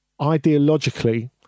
ideologically